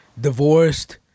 divorced